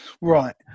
Right